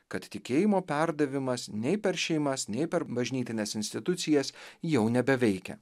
kad tikėjimo perdavimas nei per šeimas nei per bažnytines institucijas jau nebeveikia